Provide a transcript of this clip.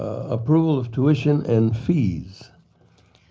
approval of tuition and fees,